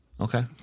okay